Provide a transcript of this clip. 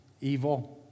evil